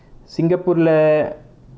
singapore லை:lai